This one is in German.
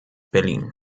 berlin